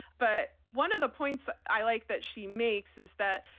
but one of the points i like that she makes is that,